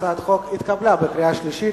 הצעת החוק התקבלה בקריאה שלישית,